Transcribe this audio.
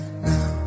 now